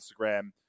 Instagram